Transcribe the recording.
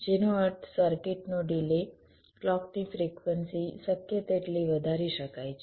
જેનો અર્થ સર્કિટનો ડિલે ક્લૉક્ની ફ્રિક્વન્સી શક્ય તેટલી વધારી શકાય છે